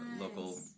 local